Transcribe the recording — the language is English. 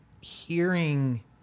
hearing